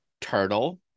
turtle